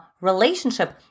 relationship